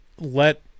let